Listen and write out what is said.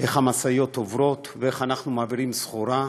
איך המשאיות עוברות ואיך אנחנו מעבירים סחורה.